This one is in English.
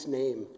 name